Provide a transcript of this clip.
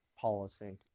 policy